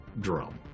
drone